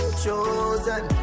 chosen